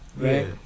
Right